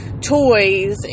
toys